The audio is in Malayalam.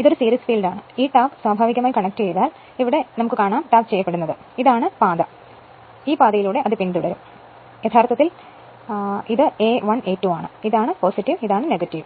ഇതൊരു സീരീസ് ഫീൽഡാണ് ഈ ടാപ്പ് സ്വാഭാവികമായി കണക്ട് ചെയ്താൽ ടാപ്പ് ചെയ്യപ്പെടും ഇതാണ് പാത അത് പിന്തുടരും യഥാർത്ഥത്തിൽ ഞാൻ ഇവിടെ അടയാളപ്പെടുത്തിയിട്ടില്ലെങ്കിൽ ഇത് A1 A2 ആണ് ഇതാണ്